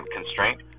constraint